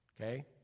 okay